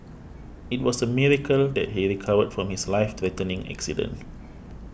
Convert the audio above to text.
it was a miracle that he recovered from his life threatening accident